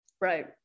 Right